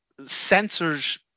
sensors